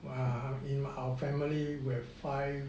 err in our family we have five